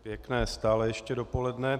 Pěkné stále ještě dopoledne.